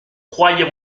croyez